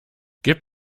gib